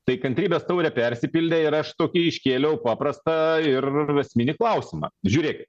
tai kantrybės taurė persipildė ir aš tokį iškėliau paprastą ir esminį klausimą žiūrėkit